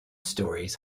stories